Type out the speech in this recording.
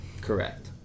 Correct